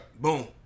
Boom